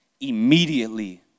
Immediately